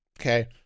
okay